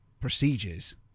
procedures